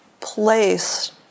place